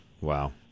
wow